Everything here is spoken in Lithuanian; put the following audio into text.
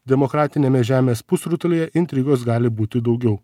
demokratiniame žemės pusrutulyje intrigos gali būti daugiau